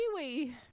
Kiwi